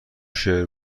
شعر